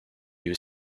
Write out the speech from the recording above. you